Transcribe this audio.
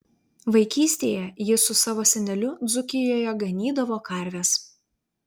vaikystėje jis su savo seneliu dzūkijoje ganydavo karves